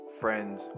friends